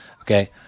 Okay